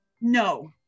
No